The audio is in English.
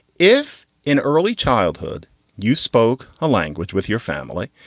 if in early childhood you spoke a language with your family.